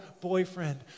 boyfriend